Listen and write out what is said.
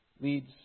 leads